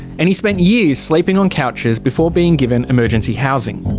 and he spent years sleeping on couches before being given emergency housing.